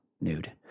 nude